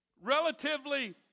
relatively